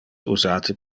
usate